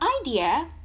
idea